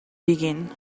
digging